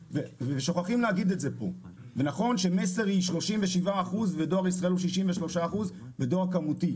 נכון ש-מסר היא 37 אחוזים ודואר ישראל הוא 63 אחוזים בדואר כמותי.